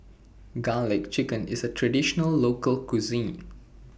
Garlic Chicken IS A Traditional Local Cuisine